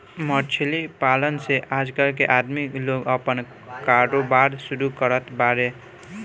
मछली पालन से आजकल के आदमी लोग आपन कारोबार शुरू करत बाड़े